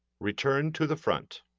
return to the front.